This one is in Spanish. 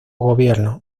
gobierno